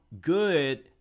good